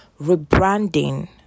rebranding